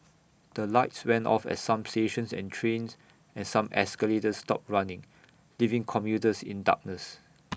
the lights went off at some stations and trains and some escalators stopped running leaving commuters in darkness